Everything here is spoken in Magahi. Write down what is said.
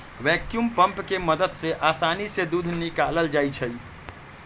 वैक्यूम पंप के मदद से आसानी से दूध निकाकलल जाइ छै